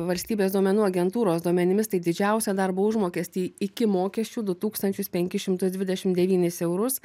valstybės duomenų agentūros duomenimis tai didžiausią darbo užmokestį iki mokesčių du tūkstančius penkis šimtus dvidešim devynis eurus